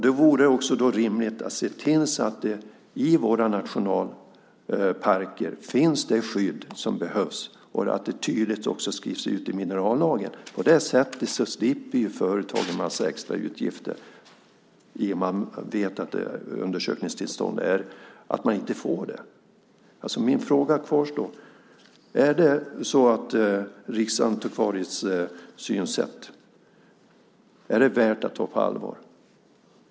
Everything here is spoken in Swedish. Det vore därför rimligt att se till att det i våra nationalparker finns det skydd som behövs och att det också tydligt skrivs ut i minerallagen. På det sättet slipper företag en massa extra utgifter. Då vet de att de inte får undersökningstillstånd. Min fråga kvarstår alltså. Är Riksantikvarieämbetets synsätt värt att ta på allvar?